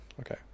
okay